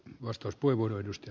arvoisa puhemies